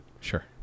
Sure